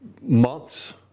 months